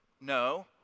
no